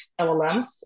LLMs